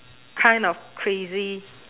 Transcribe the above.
kind of crazy